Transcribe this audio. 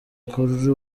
kuri